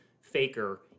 faker